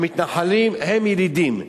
המתנחלים הם ילידים,